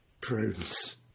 prunes